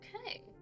okay